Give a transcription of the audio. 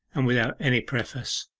and without any preface.